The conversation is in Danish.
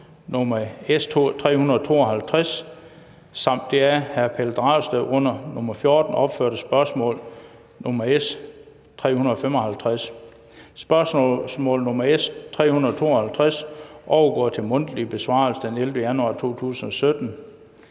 nr. S 352) samt det af Pelle Dragsted under nr. 14 opførte spørgsmål (spørgsmål nr. S 355). Spørgsmål nr. S 352 overgår til mundtlig besvarelse den 11. januar 2017.